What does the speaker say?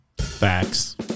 Facts